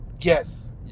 yes